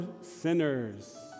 sinners